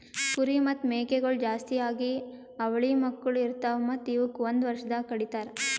ಕುರಿ ಮತ್ತ್ ಮೇಕೆಗೊಳ್ ಜಾಸ್ತಿಯಾಗಿ ಅವಳಿ ಮಕ್ಕುಳ್ ಇರ್ತಾವ್ ಮತ್ತ್ ಇವುಕ್ ಒಂದೆ ವರ್ಷದಾಗ್ ಕಡಿತಾರ್